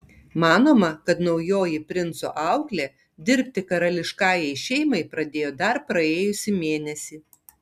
manoma kad naujoji princo auklė dirbti karališkajai šeimai pradėjo dar praėjusį mėnesį